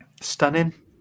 stunning